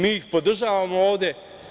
Mi ih podržavamo ovde.